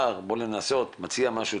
בנוגע לטענות הספציפיות הנוגעות למוכר שאינו רשמי,